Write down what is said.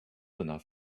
enough